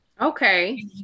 Okay